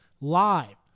live